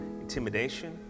intimidation